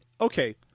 okay